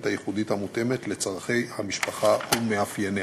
הייחודית המותאמת לצורכי המשפחה ומאפייניה.